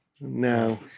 no